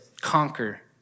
conquer